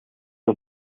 een